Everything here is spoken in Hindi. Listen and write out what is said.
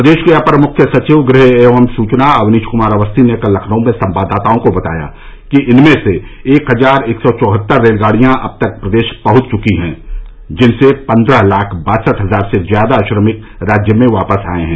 प्रदेश के अपर मुख्य सचिव गृह एवं सुचना अवनीश कृमार अवस्थी ने कल लखनऊ में संवाददाताओं को बताया कि इनमें से एक हजार एक सौ चौहत्तर रेलगाड़ियां अब तक प्रदेश पहुंच चुकी हैं जिनसे पन्द्रह लाख बासठ हजार से ज्यादा श्रमिक राज्य में वापस आये हैं